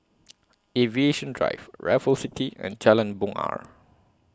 Aviation Drive Raffles City and Jalan Bungar